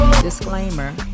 Disclaimer